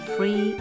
Free